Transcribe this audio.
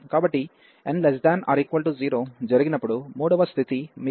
కాబట్టి n≤0 జరిగినప్పుడు 3 వ స్థితి మిగిలి ఉంది